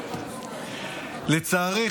לצערי,